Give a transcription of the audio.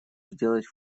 сделать